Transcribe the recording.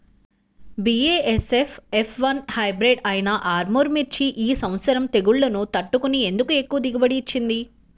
BASF F one hybrid అయినా ఆర్ముర్ మిర్చి ఈ సంవత్సరం తెగుళ్లును తట్టుకొని ఎందుకు ఎక్కువ దిగుబడి ఇచ్చింది?